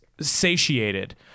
satiated